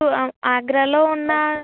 ఊ ఆగ్రాలో ఉన్నా